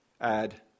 Add